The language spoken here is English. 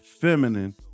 feminine